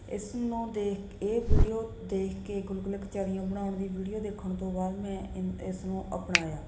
ਇਸ ਨੂੰ ਦੇਖ ਇਹ ਵੀਡਿਓ ਦੇਖ ਕੇ ਗੁਲਗੁਲੇ ਕਚੌਰੀਆਂ ਬਣਾਉਣ ਦੀ ਵੀਡੀਓ ਦੇਖਣ ਤੋਂ ਬਾਅਦ ਮੈਂ ਇਨ ਇਸ ਨੂੰ ਅਪਣਾਇਆ